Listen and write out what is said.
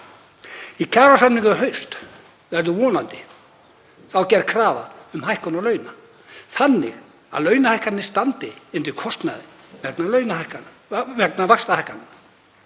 Í kjarasamningum í haust verður vonandi gerð krafa um hækkun launa þannig að launahækkanir standi undir kostnaði vegna vaxtahækkana.